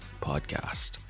Podcast